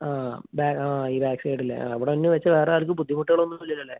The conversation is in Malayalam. ആ ആ ബാ ഈ ബാക്ക് സൈഡ് ഇല്ലെ ആ ഇവിടെ ഒന്ന് വെച്ചാൽ വേറ ആർക്കും ബുദ്ധിമുട്ടുകൾ ഒന്നും ഇല്ലല്ലൊ അല്ലെ